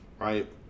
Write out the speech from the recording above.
right